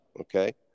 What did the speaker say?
Okay